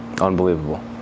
unbelievable